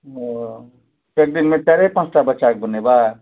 ओ एक दिनमे चारिए पाँचटा बच्चाके बनेबै